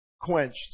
quenched